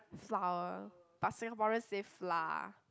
flour but Singaporean say flour